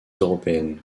européennes